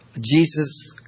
Jesus